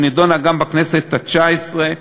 שנדונה גם בכנסת התשע-עשרה,